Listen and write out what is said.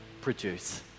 produce